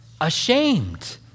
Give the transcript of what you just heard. ashamed